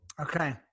Okay